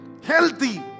healthy